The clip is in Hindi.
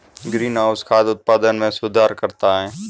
ग्रीनहाउस खाद्य उत्पादन में सुधार करता है